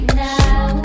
now